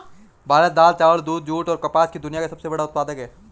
भारत दाल, चावल, दूध, जूट, और कपास का दुनिया का सबसे बड़ा उत्पादक है